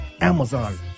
Amazon